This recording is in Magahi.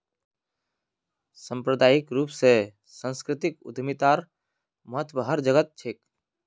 सांप्रदायिक रूप स सांस्कृतिक उद्यमितार महत्व हर जघट छेक